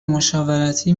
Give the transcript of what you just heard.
مشاورتی